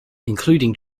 including